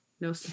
no